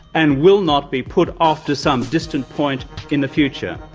and will not be put off to some distant point in the future.